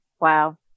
Wow